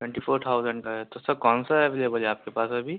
twenty four thousand کا ہے تو سر کون سا ایولیبل ہے آپ کے پاس ابھی